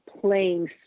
playing